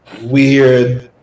weird